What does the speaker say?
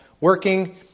working